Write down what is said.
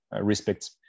respect